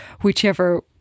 whichever